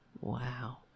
Wow